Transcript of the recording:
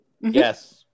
Yes